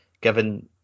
given